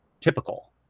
typical